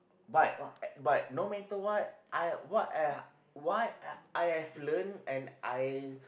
but uh but no matter what I what I what I have learnt and I